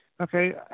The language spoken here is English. okay